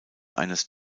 eines